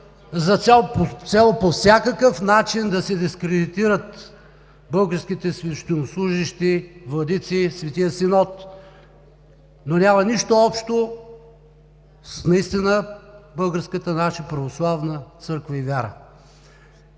за цел по всякакъв начин да се дискредитират българските свещенослужещи – владици, Светия синод, но няма нищо общо наистина с нашата, Българската православна църква и вяра.